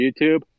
YouTube